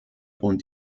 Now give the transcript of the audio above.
und